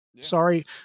Sorry